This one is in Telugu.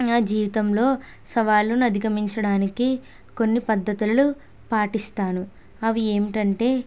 నా జీవితంలో సవాళ్లను అధిగమించడానికి కొన్ని పద్ధతులు పాటిస్తాను అవి ఏమిటంటే